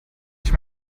ich